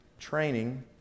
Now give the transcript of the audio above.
training